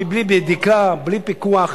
בלי בדיקה, בלי פיקוח.